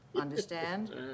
Understand